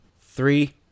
Three